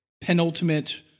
penultimate